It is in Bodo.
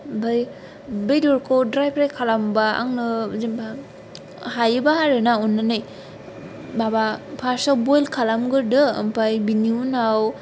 आमफ्राय बेदरखौ ड्राइ फ्राय खालामबा आङो जेनेबा हायोबा आरो ना अननानै माबा फार्स्टाव बयल खालामग्रोदो आमफ्राय बेनि उनाव